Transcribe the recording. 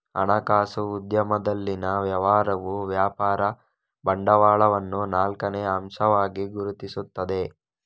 ಹಣಕಾಸು ಉದ್ಯಮದಲ್ಲಿನ ವ್ಯವಹಾರವು ವ್ಯಾಪಾರ ಬಂಡವಾಳವನ್ನು ನಾಲ್ಕನೇ ಅಂಶವಾಗಿ ಗುರುತಿಸುತ್ತದೆ